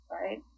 right